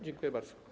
Dziękuję bardzo.